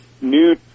new